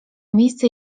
miejsce